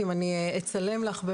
אם אני אצלם לך,